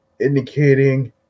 indicating